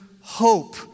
hope